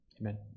Amen